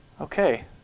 okay